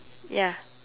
ya